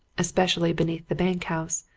especially beneath the bank-house,